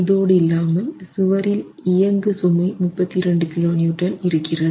இதோடு அல்லாமல் சுவரில் இயங்கு சுமை 32 kN இருக்கிறது